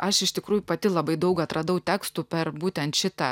aš iš tikrųjų pati labai daug atradau tekstų per būtent šitą